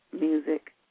music